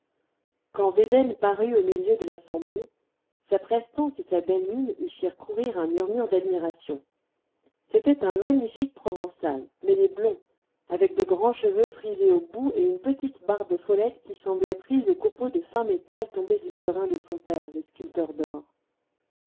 quand védène parut au milieu de l'assemblée sa prestance et sa belle mine y firent courir un murmure d'admiration c'était un magnifique provençal mais des blonds avec de grands cheveux frisés au bout et une petite barbe follette qui semblait prise aux copeaux de fin métal tombé du burin de son père le sculpteur d'or